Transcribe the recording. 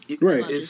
right